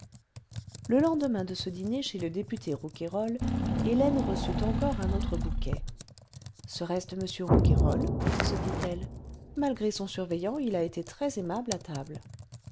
le lendemain de ce dîner chez le député rouquayrol hélène reçut encore un autre bouquet ce serait-ce de m rouquayrol se dit-elle malgré son surveillant il a été très aimable à table